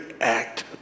act